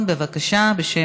(תיקון מס'